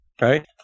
Right